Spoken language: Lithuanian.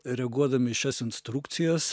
reaguodami į šias instrukcijas